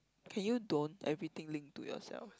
can you don't everything link to yourself